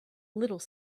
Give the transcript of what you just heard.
little